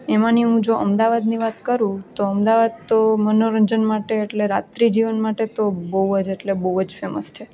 એમાંની હું જો અમદાવાદની વાત કરું તો અમદાવાદ તો મનોરંજન માટે એટલે રાત્રિ જીવન માટે તો બહુ જ એટલે બહુ જ ફેમસ છે